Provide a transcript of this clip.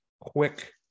quick